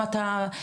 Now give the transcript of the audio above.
אם אתה מכשירים,